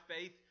faith